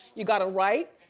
you gotta write,